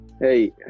Hey